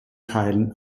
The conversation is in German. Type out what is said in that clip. teilen